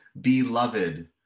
beloved